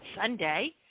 Sunday